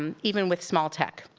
um even with small tech.